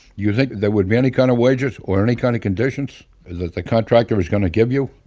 you think there would be any kind of wages or any kind of conditions that the contractor was going to give you?